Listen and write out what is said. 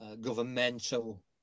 governmental